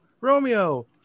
Romeo